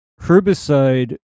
herbicide